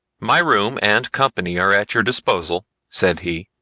my room and company are at your disposal, said he,